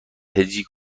هجی